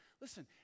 listen